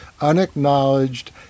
unacknowledged